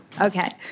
Okay